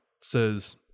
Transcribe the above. says